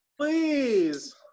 Please